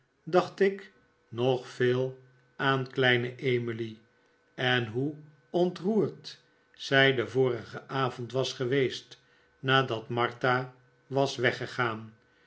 dacht ik nog veel aan kleine emily en hoe ontroerd zij den vorigen avond was geweest nadat martha was weggegaan